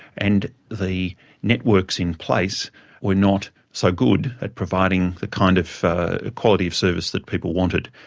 and the networks in place were not so good at providing the kind of quality of service that people wanted.